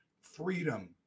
freedom